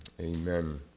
amen